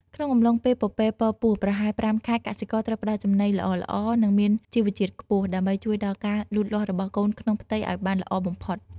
ក្នុងកំឡុងពេលពពែពរពោះប្រហែល ៥ ខែ កសិករត្រូវផ្តល់ចំណីល្អៗនិងមានជីវជាតិខ្ពស់ ដើម្បីជួយដល់ការលូតលាស់របស់កូនក្នុងផ្ទៃឲ្យបានល្អបំផុត។